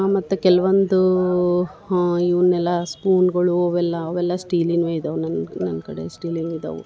ಮತ್ತು ಕೆಲ್ವೊಂದು ಇವ್ನೆಲ್ಲ ಸ್ಪೂನ್ಗಳು ಅವೆಲ್ಲ ಅವೆಲ್ಲ ಸ್ಟೀಲಿನವೇ ಇದ್ದವು ನನ್ನ ನನ್ನ ಕಡೆ ಸ್ಟೀಲಿಂದು ಅದಾವು